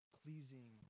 pleasing